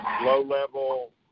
low-level